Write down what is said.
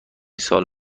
سال